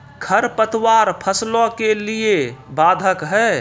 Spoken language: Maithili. खडपतवार फसलों के लिए बाधक हैं?